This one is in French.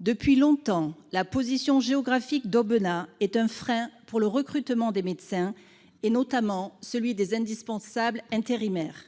depuis longtemps la position géographique d'Aubenas est un frein pour le recrutement des médecins et notamment celui des indispensable intérimaire